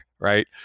right